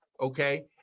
Okay